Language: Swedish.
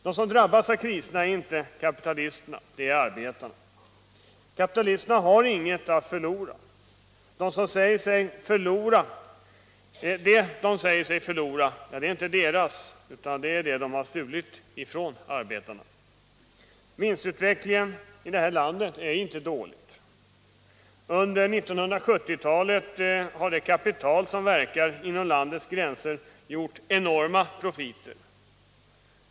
De som drabbas av kriserna är inte kapitalisterna, det är arbetarna. Kapitalisterna har inget att förlora. Det som de säger sig förlora är inte deras, det har de stulit från arbetarna. Vinstutvecklingen i detta land är inte dålig. Under 1970-talet har det kapital som verkar inom landets gränser gjort enorma profiter.